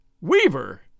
Weaver